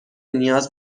نیاز